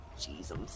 Jesus